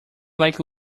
like